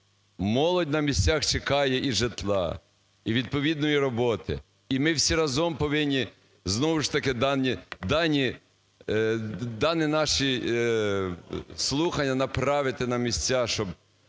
Молодь на місцях чекає і жила, і відповідної роботи, і ми всі разом повинні знову ж таки дані наші слухання направити на місця, щоб